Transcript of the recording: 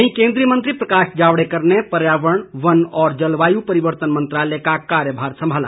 वहीं केन्द्रीय मंत्री प्रकाश जावड़ेकर ने पर्यावरण वन और जलवायु परिवर्तन मंत्रालय का कार्यभार संभाला